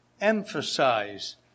emphasize